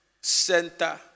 center